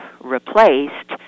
replaced